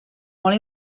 molt